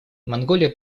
монголия